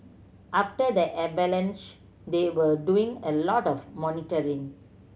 after the avalanche they were doing a lot of monitoring